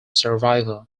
survivor